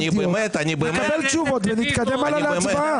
נקבל תשובות ונתקדם הלאה להצבעה.